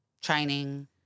training